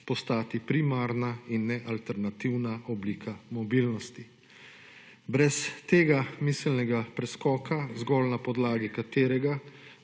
postati primarna in ne alternativna oblika mobilnosti. Brez tega miselnega preskoka zgolj na podlagi katerega